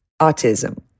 autism